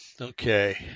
okay